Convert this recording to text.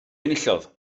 enillodd